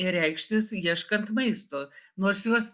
reikštis ieškant maisto nors jos